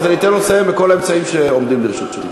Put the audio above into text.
אני אתן לו לסיים בכל האמצעים שעומדים לרשותי.